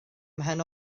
mhen